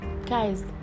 Guys